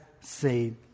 saved